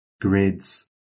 grids